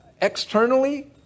externally